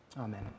Amen